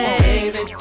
baby